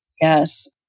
Yes